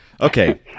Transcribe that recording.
Okay